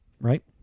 Right